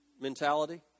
mentality